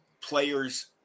players